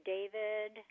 David